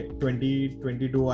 2022